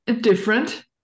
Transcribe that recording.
different